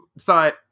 thought